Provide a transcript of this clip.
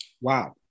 Wow